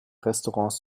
restaurants